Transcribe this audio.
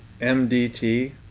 mdt